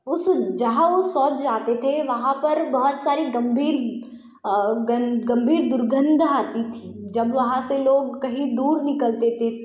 उस जहाँ वो शौच जाते थे वहाँ पर बहुत सारी गंभीर गंभीर दुर्गंध आती थी जब वहाँ से लोग कहीं दूर निकलते थे